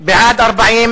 הוועדה, נתקבלו.